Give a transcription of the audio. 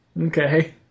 Okay